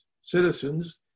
citizens